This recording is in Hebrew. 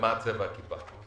ומה צבע הכיפה.